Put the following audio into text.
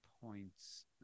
points